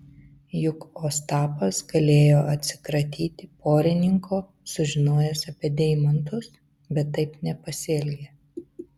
juk ostapas galėjo atsikratyti porininko sužinojęs apie deimantus bet taip nepasielgė